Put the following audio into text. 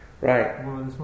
right